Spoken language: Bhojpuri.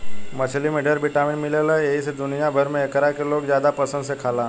मछली में ढेर विटामिन मिलेला एही से दुनिया भर में एकरा के लोग ज्यादे पसंद से खाला